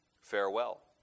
Farewell